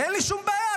ואין לי שום בעיה,